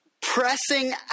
Pressing